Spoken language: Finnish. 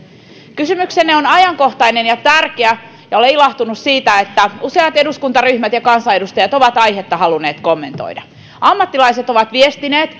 kysymyksenne on ajankohtainen ja tärkeä ja olen ilahtunut siitä että useat eduskuntaryhmät ja kansanedustajat ovat aihetta halunneet kommentoida ammattilaiset ovat viestineet